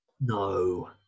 No